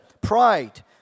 pride